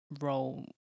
role